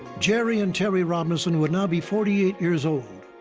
jerry and terry robinson would now be forty eight years old.